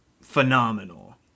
phenomenal